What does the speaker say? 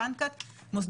דיון